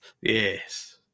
Yes